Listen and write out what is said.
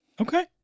Okay